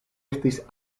estis